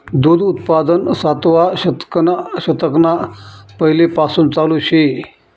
दूध उत्पादन सातवा शतकना पैलेपासून चालू शे